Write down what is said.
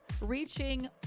reaching